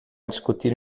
discutir